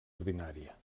ordinària